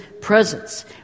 presence